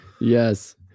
Yes